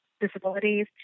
disabilities